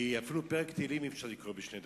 כי אפילו פרק תהילים אי-אפשר לקרוא בשתי דקות.